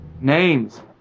Names